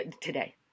Today